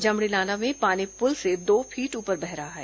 जमड़ी नाला में पानी पुल से दो फीट ऊपर बह रहा है